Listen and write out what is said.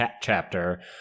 chapter